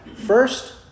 first